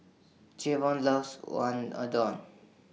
Javon loves